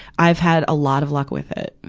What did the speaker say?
i've had a lot of luck with it.